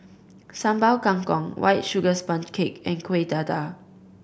Sambal Kangkong White Sugar Sponge Cake and Kuih Dadar